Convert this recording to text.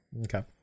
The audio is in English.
okay